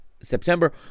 September